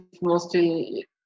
mostly